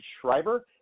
Schreiber